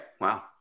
wow